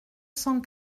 cent